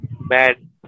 bad